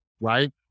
Right